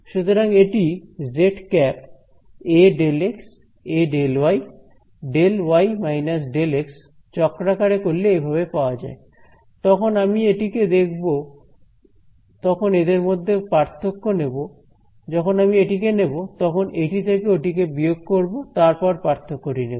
সুতরাং এটি zˆ A ∂x A ∂y ∂ y −∂ x চক্রাকারে করলে এভাবে পাওয়া যায় যখন আমি এটিকে দেখব তখন এদের মধ্যে পার্থক্য নেব যখন আমি এটিকে নেব তখন এটি থেকে ওটি কে বিয়োগ করবো তারপর পার্থক্যটি নেব